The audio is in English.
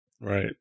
Right